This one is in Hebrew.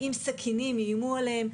עם סכינים איימו עליהם,